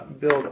build